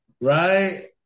right